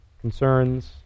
concerns